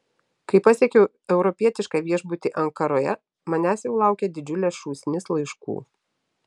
kai pasiekiau europietišką viešbutį ankaroje manęs jau laukė didžiulė šūsnis laiškų